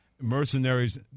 Mercenaries